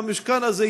במשכן הזה,